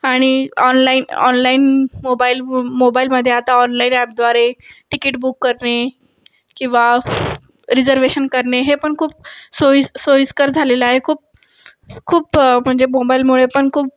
आणि online online mobile मोबाईलमध्ये आता ऑनलाईन ॲपद्वारे तिकीट बुक करणे किंवा रिझर्वेशन करणे हे पण खूप सोई सोईस्कर झालेलं आहे खूप खूप म्हणजे मोबाईलमुळे पण खूप